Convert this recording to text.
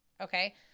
okay